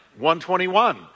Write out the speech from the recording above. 121